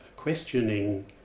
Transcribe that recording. questioning